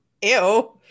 ew